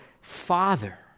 Father